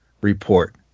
report